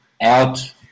out